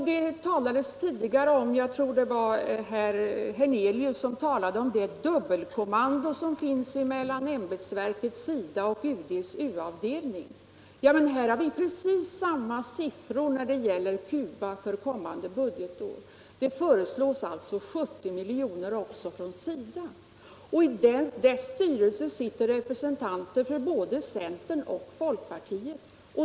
Jag tror det var herr Hernelius som talade om dubbelkommando mellan SIDA och UD:s u-avdelning. När det gäller Cuba har vi dock precis samma siffror för kommande budgetår. SIDA föreslår 70 milj.kr., och i dess styrelse sitter representanter för både centern och folkpartiet.